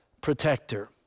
protector